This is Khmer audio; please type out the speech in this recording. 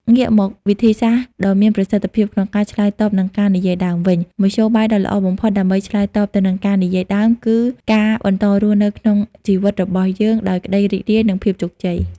ងាកមកវិធីសាស្រ្តដ៏មានប្រសិទ្ធភាពក្នុងការឆ្លើយតបនឹងការនិយាយដើមវិញ មធ្យោបាយដ៏ល្អបំផុតដើម្បីឆ្លើយតបទៅនឹងការនិយាយដើម គឺការបន្តរស់នៅក្នុងជីវិតរបស់យើងដោយក្ដីរីករាយ និងភាពជោគជ័យ។